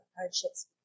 hardships